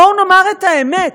בואו נאמר את האמת,